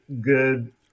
good